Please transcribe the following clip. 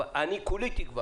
אבל כולי תקווה